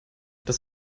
das